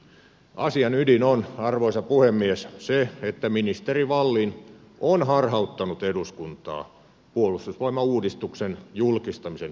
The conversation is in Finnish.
asian ydin on arvoisa puhemies se että ministeri wallin on harhauttanut eduskuntaa puolustusvoimauudistuksen julkistamisen yhteydessä